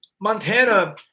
Montana